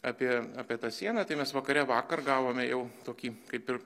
apie apie tą sieną tai mes vakare vakar gavome jau tokį kaip ir